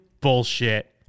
bullshit